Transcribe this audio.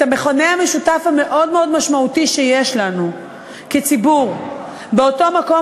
את המכנה המשותף המאוד-מאוד משמעותי שיש לנו כציבור באותו מקום.